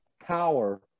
power